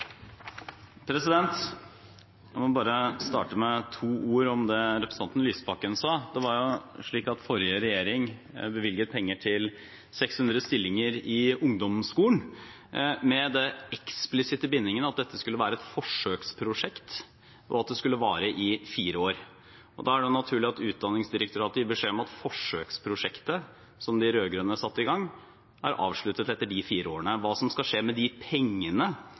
må bare starte med to ord om det representanten Lysbakken sa. Forrige regjering bevilget penger til 600 stillinger i ungdomsskolen med den eksplisitte bindingen at dette skulle være et forsøksprosjekt, og at det skulle vare i fire år. Da er det naturlig at Utdanningsdirektoratet gir beskjed om at forsøksprosjektet som de rød-grønne satte i gang, er avsluttet etter de fire årene. Hva som skal skje med de pengene,